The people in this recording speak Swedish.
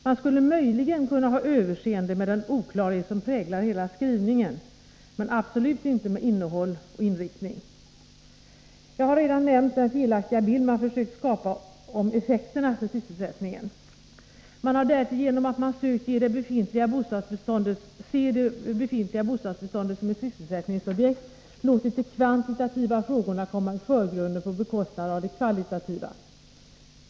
Man skulle möjligen kunna ha överseende med den oklarhet som präglar hela skrivningen, men absolut inte med innehållet och inriktningen. Jag har redan nämnt den felaktiga bild man försökt skapa om effekterna för sysselsättningen. Man har därtill, genom att man sökt se det befintliga bostadsbeståndet som ett sysselsättningsobjekt, låtit de kvantitativa frågorna komma i förgrunden på bekostnad av de kvalitativa.